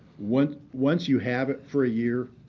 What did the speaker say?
once once you have it for a year,